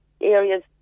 areas